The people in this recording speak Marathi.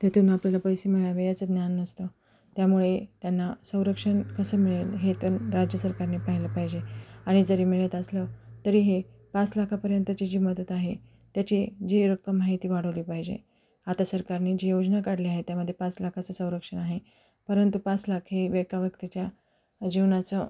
त्यातून आपल्याला पैसे मिळावे याचं ज्ञान नसतं त्यामुळे त्यांना संरक्षण कसं मिळेल हे तर राज्य सरकारने पाहिलं पाहिजे आणि जरी मिळत असलं तरी हे पाच लाखापर्यंतची जी मदत आहे त्याचे जी रक्कम आहे ती वाढवली पाहिजे आता सरकारने जी योजना काढली आहे त्यामध्ये पाच लाखाचं संरक्षण आहे परंतु पाच लाख हे एका व्यक्तीच्या जीवनाचं